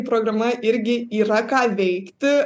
programa irgi yra ką veikti